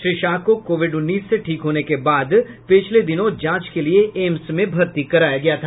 श्री शाह को कोविड उन्नीस से ठीक होने के बाद पिछले दिनों जांच के लिये एम्स में भर्ती कराया गया था